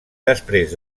després